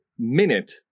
minute